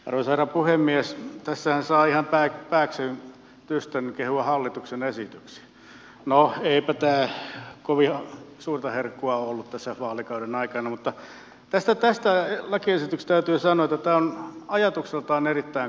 runsaita puhemies tässä osaajia tai pääksi no eipä tämä kovin suurta herkkua ole ollut tässä vaalikauden aikana mutta tästä lakiesityksestä täytyy sanoa että tämä on ajatukseltaan erittäin kaunis